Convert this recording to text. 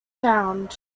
found